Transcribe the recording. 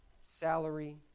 salary